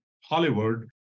Hollywood